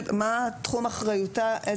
מה תחום אחריותה,